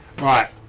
Right